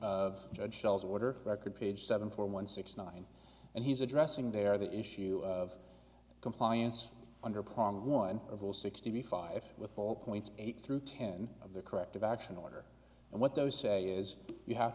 of judge shell's order record page seven four one six nine and he's addressing there the issue of compliance under prong one of the sixty five with all points eight through ten of the corrective action order and what those say is you have